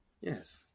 yes